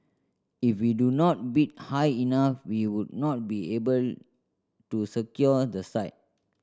if we do not bid high enough we would not be able to secure the site